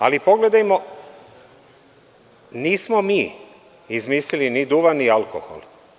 Ali pogledajmo, nismo mi izmislili ni duvan ni alkohol.